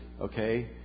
Okay